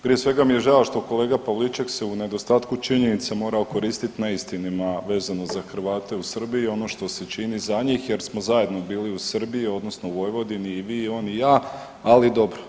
Prije svega mi je žao što kolega Pavliček se u nedostatku činjenica morao koristiti neistinama vezano za Hrvate u Srbiji, ono što se čini za njih jer smo zajedno bili u Srbiji odnosno Vojvodini i vi i on i ja, ali dobro.